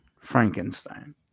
Frankenstein